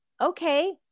okay